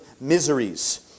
miseries